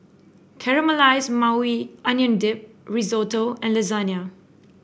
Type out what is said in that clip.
Caramelized Maui Onion Dip Risotto and Lasagne